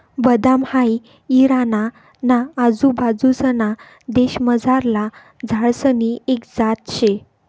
बदाम हाई इराणा ना आजूबाजूंसना देशमझारला झाडसनी एक जात शे